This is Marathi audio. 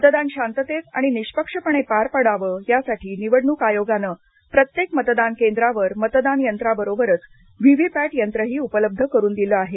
मतदान शांततेत आणि निष्पक्षपणे पार पडावं यासाठी निवडणूक आयोगानं प्रत्येक मतदान केंद्रांवर मतदान यंत्रांबरोबरच व्हीव्हीपॅट यंत्रही उपलब्ध करून दिलं आहे